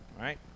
right